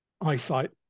eyesight